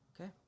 Okay